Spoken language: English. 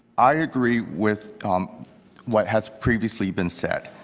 i agree with what has previously been said,